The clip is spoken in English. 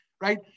right